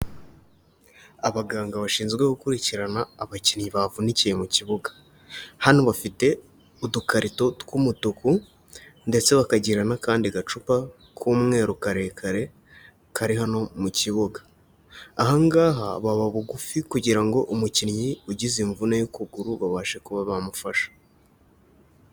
Abaganga bashinzwe gukurikirana abakinnyi bavunikiye mu kibuga, hano bafite udukarito tw'umutuku ndetse bakagira n'akandi gacupa k'umweru karekare, kari hano mu kibuga, aha ngaha baba bugufi kugira ngo umukinnyi ugize imvune y'ukuguru babashe kuba bamufasha.